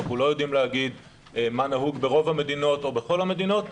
אנחנו לא יודעים להגיד מה נהוג ברוב המדינות או בכל המדינות.